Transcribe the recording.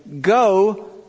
go